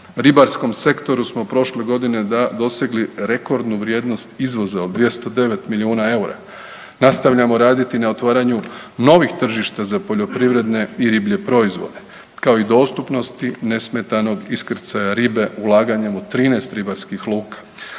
ribarskom sektoru smo prošle godine dosegli rekordnu vrijednost izvoza od 209 milijuna eura, nastavljamo raditi na otvaranju novih tržišta za poljoprivredne i riblje proizvode, kao i dostupnosti nesmetanog iskrcaja ribe ulaganjem u 13 ribarskih luka.